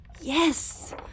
Yes